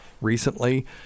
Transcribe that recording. recently